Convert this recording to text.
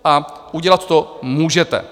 A udělat to můžete.